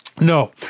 No